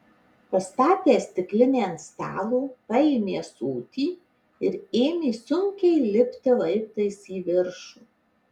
pastatęs stiklinę ant stalo paėmė ąsotį ir ėmė sunkiai lipti laiptais į viršų